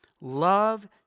love